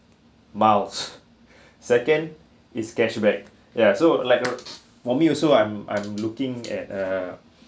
miles second it's cash back ya so like uh for me also I'm I'm looking at err